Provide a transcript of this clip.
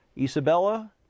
Isabella